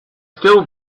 still